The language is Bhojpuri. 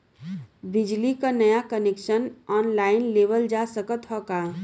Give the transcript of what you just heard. बिजली क नया कनेक्शन ऑनलाइन लेवल जा सकत ह का?